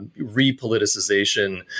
repoliticization